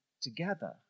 together